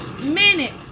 minutes